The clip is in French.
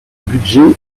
budget